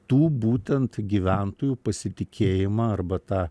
tų būtent gyventojų pasitikėjimą arba tą